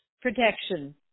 protection